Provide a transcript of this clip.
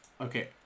Okay